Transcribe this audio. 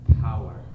power